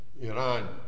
Iran